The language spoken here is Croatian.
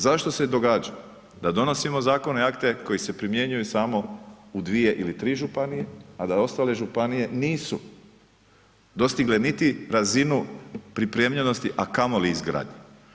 Zašto se je događalo da donosimo zakone i akte koji se primjenjuju samo u 2 ili 3 županije, a da ostale županije nisu dostigle niti razinu pripremljenosti, a kamoli izgradnje?